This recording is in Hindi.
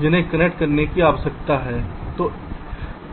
जिन्हें कनेक्ट करने की आवश्यकता है